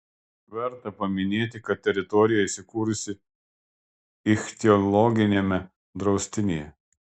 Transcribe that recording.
verta paminėti kad teritorija įsikūrusi ichtiologiniame draustinyje